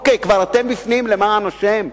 אוקיי, כבר אתם בפנים, למען השם,